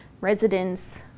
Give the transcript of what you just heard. residents